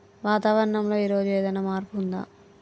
వాతావరణం లో ఈ రోజు ఏదైనా మార్పు ఉందా?